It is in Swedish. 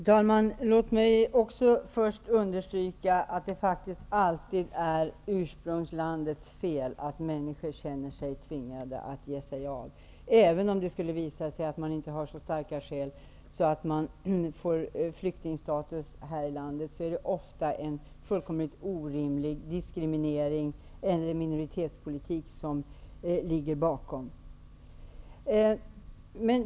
Herr talman! Låt mig först understryka att det faktiskt alltid är ursprungslandets fel att människor känner sig tvingade att ge sig av. Även om det skulle visa sig att man inte har så starka skäl att man får flyktingstatus här i landet, är det ofta en fullkomligt orimlig diskriminering eller en minoritetspolitik som ligger bakom.